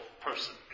person